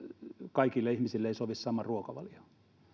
kaikille ihmisille ei sovi sama ruokavalio